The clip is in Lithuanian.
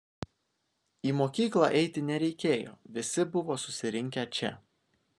į mokyklą eiti nereikėjo visi buvo susirinkę čia